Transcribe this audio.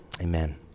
Amen